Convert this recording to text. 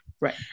Right